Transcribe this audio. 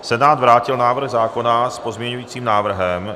Senát vrátil návrh zákona s pozměňujícím návrhem.